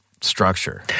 Structure